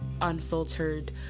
unfiltered